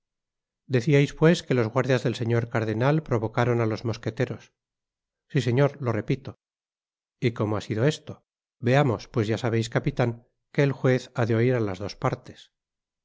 deciais pues que los guardias del señor cardenal provocaron á los mosqueteros ü si señor lo repito y cómo ha sido esto veamos pues ya sabejs capitan que el juez ha de oir á las dos partes